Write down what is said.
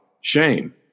shame